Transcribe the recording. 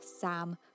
Sam